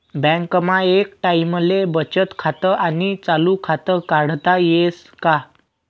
बँकमा एक टाईमले बचत खातं आणि चालू खातं काढता येस का?